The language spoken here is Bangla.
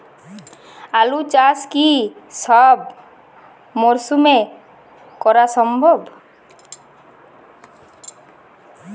আলু চাষ কি সব মরশুমে করা সম্ভব?